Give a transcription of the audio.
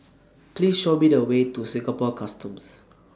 Please Show Me The Way to Singapore Customs